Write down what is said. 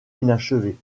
inachevée